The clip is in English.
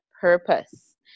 Purpose